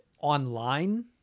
online